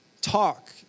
talk